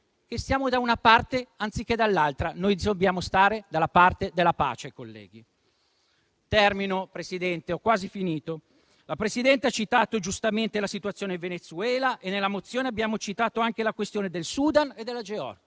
che stiamo da una parte anziché dall'altra. Noi dobbiamo stare dalla parte della pace, colleghi. Termino, Presidente. La Presidente ha citato giustamente la situazione in Venezuela e nella mozione abbiamo citato anche la questione del Sudan e della Georgia.